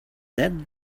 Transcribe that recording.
that